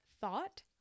thought